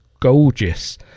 gorgeous